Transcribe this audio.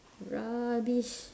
rubbish